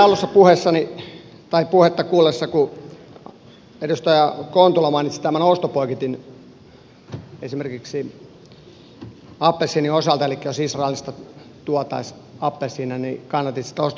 hämmästyin tässä alussa puhetta kuunnellessa kun edustaja kontula mainitsi tämän ostoboikotin esimerkiksi appelsiinien osalta elikkä jos israelista tuotaisiin appelsiineja niin kannatit sitä ostoboikotin laajentamista tai ylipäätänsä käyttöönottoa enemmänkin